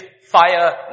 fire